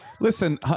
Listen